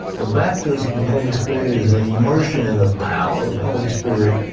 the baptism holy spirit is an immersion in the power of the holy spirit.